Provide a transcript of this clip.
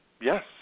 Yes